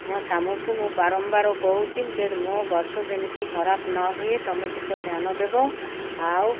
ମୋ ସ୍ୱାମୀଙ୍କୁ ମୁଁ ବାରମ୍ବାର କହୁଛି ଯେ ମୋ ଗଛ ଯେମିତି ଖରାପ ନ ହୁଏ ତୁମେ ଟିକ ଧ୍ୟାନ ଦେବ ଆଉ